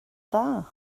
dda